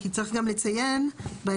כי צריך גם לציין בהמשך,